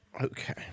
Okay